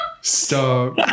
Stop